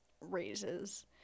raises